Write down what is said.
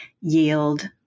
Yield